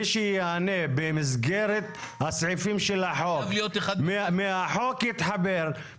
מי שיענה במסגרת הסעיפים של החוק, מהחוק יתחבר.